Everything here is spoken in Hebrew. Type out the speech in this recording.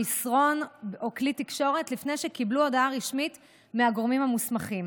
מסרון או כלי תקשורת לפני שקיבלו הודעה רשמית מהגורמים המוסמכים.